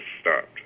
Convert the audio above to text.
stopped